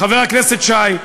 חבר הכנסת שי,